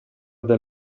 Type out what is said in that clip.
del